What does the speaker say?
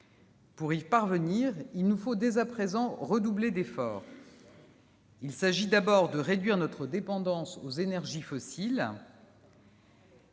Pour y parvenir, il nous faut dès à présent redoubler d'efforts. Il s'agit, d'abord, de réduire notre dépendance aux énergies fossiles